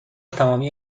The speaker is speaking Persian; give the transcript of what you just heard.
تمامی